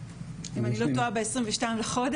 אם אני לא טועה ב-22 בנובמבר,